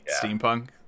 steampunk